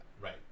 Right